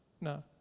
no